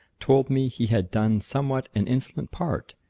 told me he had done somewhat an insolent part,